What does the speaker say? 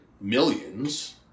millions